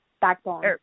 Backbone